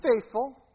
faithful